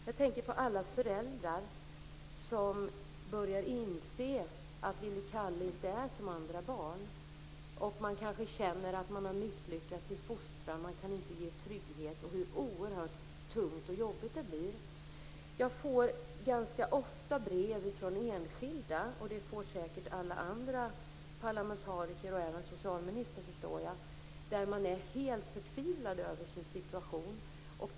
Jag tänker på alla föräldrar som börjar inse att deras lille Kalle inte är som andra barn. Man kanske känner att man har misslyckats i fostran, att man inte kan ge trygghet. Det blir oerhört tungt och jobbigt. Jag får ganska ofta brev från enskilda som är helt förtvivlade över sin situation - det får säkert också alla andra parlamentariker och även socialministern, förstår jag.